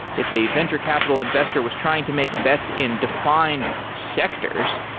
if a venture capital investor was trying to make bets in defined sectors,